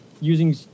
using